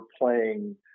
playing